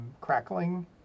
crackling